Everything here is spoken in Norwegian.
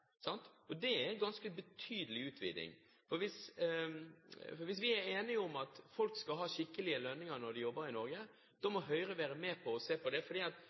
fagarbeidere. Det er en ganske betydelig utviding. Hvis vi er enige om at folk skal ha skikkelige lønninger når de jobber i Norge, må Høyre være med på å se på det. Der man har stor arbeidsinnvandring, f.eks. i fiskeribedrifter, risikerer man at